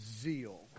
zeal